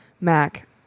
Mac